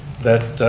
that